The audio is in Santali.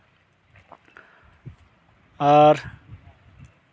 ᱟᱨ